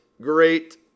great